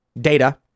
data